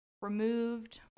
removed